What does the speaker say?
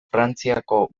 frantziako